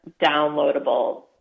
downloadable